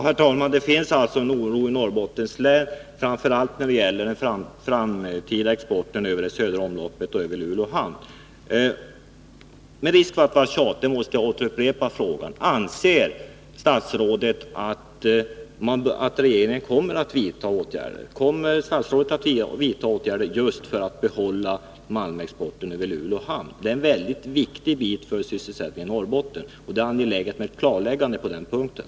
Herr talman! Det finns en oro i Norrbottens län, framför allt för den framtida exporten över det södra omloppet, över Luleå hamn. Med risk för att vara tjatig måste jag upprepa frågan: Kommer statsrådet att vidta åtgärder för att behålla malmexporten över Luleå hamn? Det är en mycket viktig sak för sysselsättningen i Norrbotten, och det är angeläget med ett klarläggande på den punkten.